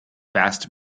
past